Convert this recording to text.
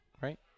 right